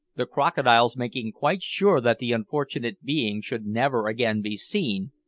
the crocodiles making quite sure that the unfortunate being should never again be seen,